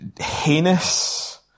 heinous